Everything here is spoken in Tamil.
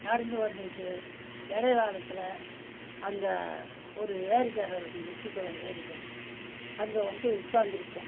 நடந்து வந்துக்கிட்டு இடைக் காலத்தில் அங்கே ஒரு ஏரிக்கரை இருக்கும் நொச்சிக் குளம் ஏரிக்கரை அங்கே வந்து உட்காந்திருப்போம்